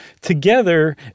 together